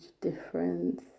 difference